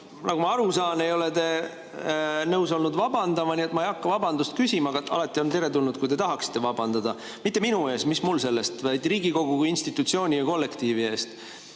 ma aru saan, ei ole te nõus olnud vabandama, nii et ma ei hakka vabandust küsima, aga oleks teretulnud, kui te tahaksite vabandada. Mitte minu ees – mis mul sellest! –, vaid Riigikogu kui institutsiooni ja kollektiivi ees.